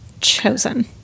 chosen